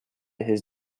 his